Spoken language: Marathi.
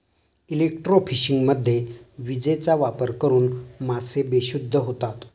इलेक्ट्रोफिशिंगमध्ये विजेचा वापर करून मासे बेशुद्ध होतात